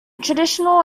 traditional